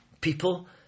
people